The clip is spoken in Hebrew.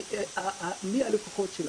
כי מי הם הלקוחות שלנו?